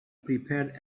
prepared